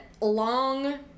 long